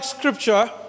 Scripture